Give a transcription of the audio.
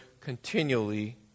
continually